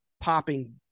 popping